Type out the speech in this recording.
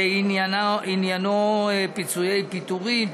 שעניינו פיצויי פיטורים,